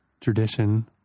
tradition